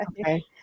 Okay